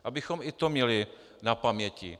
Abychom i to měli na paměti.